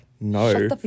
no